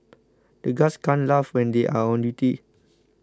the guards can't laugh when they are on duty